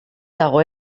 dago